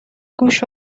گوش